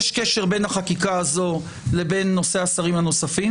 יש קשר בין החקיקה הזאת לבין השרים הנוספים,